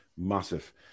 Massive